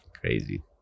crazy